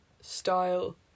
style